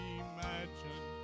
imagine